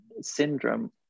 syndrome